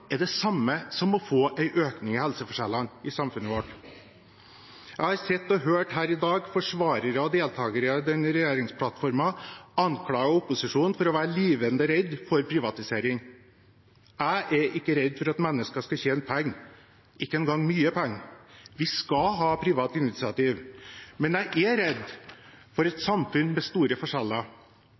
er det samme som å få en økning i helseforskjellene i samfunnet vårt. Jeg har sett og hørt her i dag forsvarere av og deltakere i denne regjeringsplattformen anklage opposisjonen for å være livende redd for privatisering. Jeg er ikke redd for at mennesker skal tjene penger, ikke engang mye penger. Vi skal ha private initiativ. Men jeg er redd for et samfunn med store forskjeller,